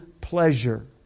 pleasure